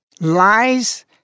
Lies